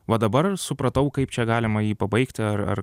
va dabar supratau kaip čia galima jį pabaigti ar ar